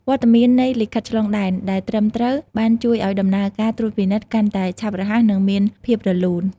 វត្តមាននៃលិខិតឆ្លងដែនដែលត្រឹមត្រូវបានជួយឱ្យដំណើរការត្រួតពិនិត្យកាន់តែឆាប់រហ័សនិងមានភាពរលូន។